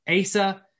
Asa